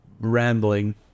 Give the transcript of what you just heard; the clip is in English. rambling